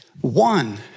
One